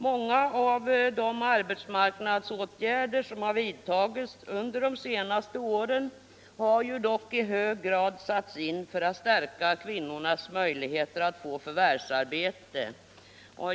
Många av de arbetsmarknadsåtgärder som vidtagits under de senaste åren har dock i hög grad satts in för att stärka kvinnornas möjligheter att få förvärsarbete.